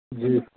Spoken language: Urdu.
جی